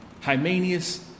Hymenius